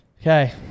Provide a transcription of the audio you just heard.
Okay